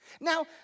Now